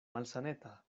malsaneta